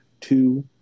Two